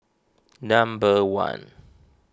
number one